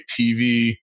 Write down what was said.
TV